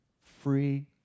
Free